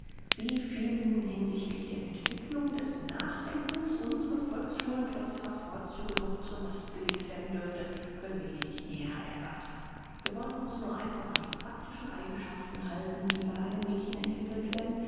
wie viel nun hinsichtlich der entwickelung des nachdenkens unseren volksschulen trotz ihrer vorzüge noch zur last gelegt werden dürfte können wir hier nicht näher erörtern wir wollen uns nur einfach an die praktischen eigenschaften halten die bei einem mädchen entwickelt werden